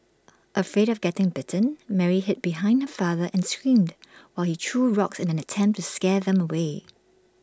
afraid of getting bitten Mary hid behind her father and screamed while he threw rocks in an attempt to scare them away